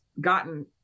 gotten